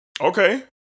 Okay